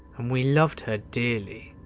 and we loved her dearly.